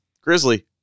Grizzly